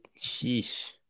Sheesh